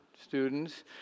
students